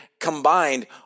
combined